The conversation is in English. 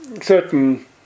certain